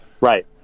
right